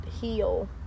heal